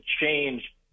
change